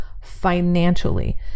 financially